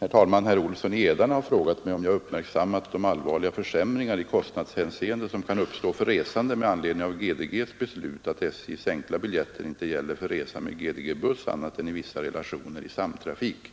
Herr talman! Herr Olsson i Edane har frågat mig om jag uppmärk sammat de allvarliga försämringar i kostnadshänseende som kan uppstå för resande med anledning av GDG:ss beslut att SJ:s enkla biljetter inte gäller för resa med GDG-buss annat än i vissa relationer i samtrafik.